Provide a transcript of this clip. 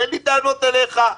ואין לי טענות אליך,